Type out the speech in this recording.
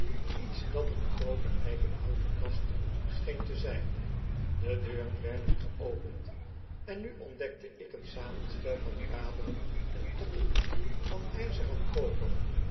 iets dat eene groote eikenhouten kast scheen te zijn de deuren werden geopend en nu ontdekte ik een samenstel van raaeren en kettingen van yzer en koper